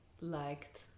liked